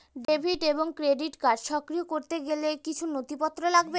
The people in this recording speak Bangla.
ডেবিট এবং ক্রেডিট কার্ড সক্রিয় করতে গেলে কিছু নথি লাগবে?